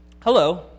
hello